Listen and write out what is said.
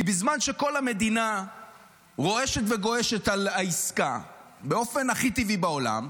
כי בזמן שכל המדינה רועשת וגועשת על העסקה באופן הכי טבעי בעולם,